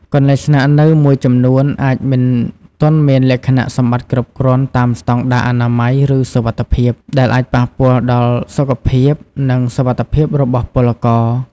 កន្លែងស្នាក់នៅមួយចំនួនអាចមិនទាន់មានលក្ខណៈសម្បត្តិគ្រប់គ្រាន់តាមស្តង់ដារអនាម័យ ឬសុវត្ថិភាព ដែលអាចប៉ះពាល់ដល់សុខភាព និងសុវត្ថិភាពរបស់ពលករ ។